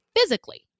physically